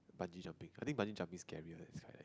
Bungee jumping I think Bungee jumping is scarier than skydive